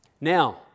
Now